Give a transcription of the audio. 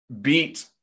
beat